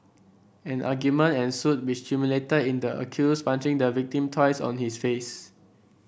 an argument ensued which culminated in the accused punching the victim twice on his face